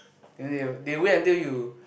then they will they wait until you